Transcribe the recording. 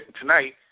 tonight